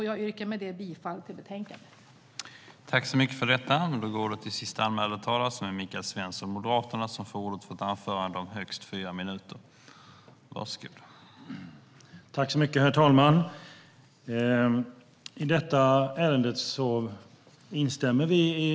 Jag yrkar med det bifall till utskottets förslag i betänkandet.